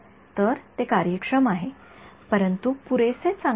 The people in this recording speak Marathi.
तर ते कार्यक्षम आहे परंतु पुरेसे चांगले नाही